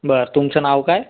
बरं तुमचं नाव काय